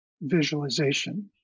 visualization